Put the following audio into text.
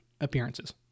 appearances